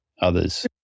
others